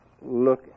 Look